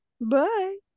Bye